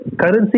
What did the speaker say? currency